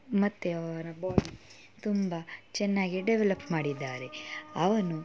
ಮತ್ತು ಅವರ ಬಾಡಿ ತುಂಬ ಚೆನ್ನಾಗಿ ಡೆವೆಲಪ್ ಮಾಡಿದ್ದಾರೆ ಅವನು